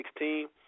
2016